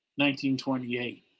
1928